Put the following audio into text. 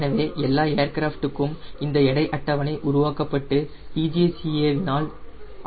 எனவே எல்லா ஏர்கிராஃப்ட்டுக்கும் இந்த எடை அட்டவணை உருவாக்கப்பட்டு DGCA ஆனால் அங்கீகரிக்கப் படவேண்டும்